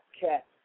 cat